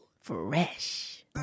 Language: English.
fresh